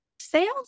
Sales